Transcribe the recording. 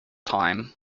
time